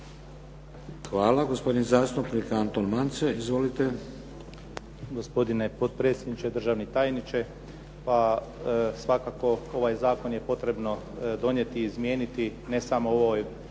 Hvala. Gospodin zastupnik Anton Mance. Izvolite.